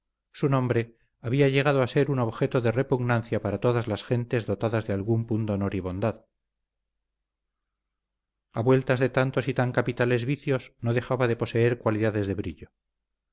su nombre había llegado a ser un objeto de repugnancia para todas las gentes dotadas de algún pundonor y bondad a vueltas de tantos y tan capitales vicios no dejaba de poseer cualidades de brillo